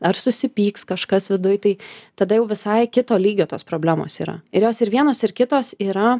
ar susipyks kažkas viduj tai tada jau visai kito lygio tos problemos yra ir jos ir vienos ir kitos yra